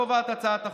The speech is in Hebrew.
קובעת הצעת החוק,